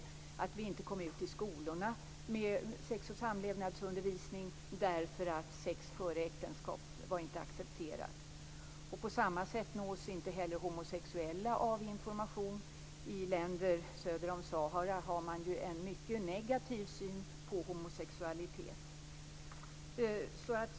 Vi kom då inte ut i skolorna med sex och samlevnadsundervisning därför att sex före äktenskapet inte var accepterat. På samma sätt nås inte heller homosexuella av information. I länder söder om Sahara har man ju en mycket negativ syn på homosexualitet.